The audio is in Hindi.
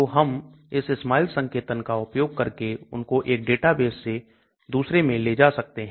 तो हम इस SMILES संकेतन का उपयोग करके उनको एक डेटाबेस से दूसरे में ले जा सकते हैं